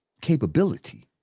capability